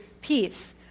peace